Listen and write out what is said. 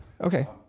Okay